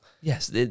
yes